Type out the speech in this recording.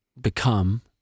become